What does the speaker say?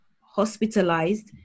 hospitalized